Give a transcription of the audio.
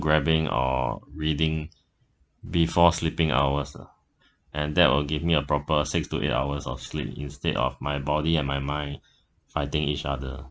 grabbing or reading before sleeping hours lah and that will give me a proper six to eight hours of sleep instead of my body and my mind fighting each other